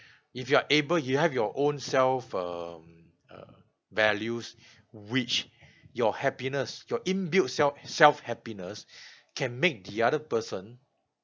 if you are able you have your own self um uh values which your happiness your in-built self self happiness can make the other person